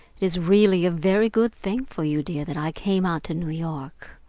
it is really a very good thing for you, dear, that i came out to new york.